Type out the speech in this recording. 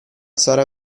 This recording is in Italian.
sarà